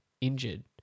injured